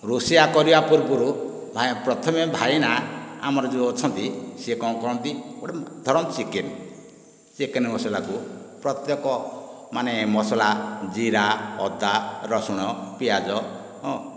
ରୋଷେଇଆ କରିବା ପୂର୍ବରୁ ପ୍ରଥମେ ଭାଇନା ଆମର ଯେଉଁ ଅଛନ୍ତି ସିଏ କ'ଣ କରନ୍ତି ଗୋଟିଏ ଧର ଚିକେନ୍ ଚିକେନ୍ ମସଲାକୁ ପ୍ରତ୍ୟେକ ମାନେ ମସଲା ଜୀରା ଅଦା ରସୁଣ ପିଆଜ ହଁ